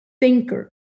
thinker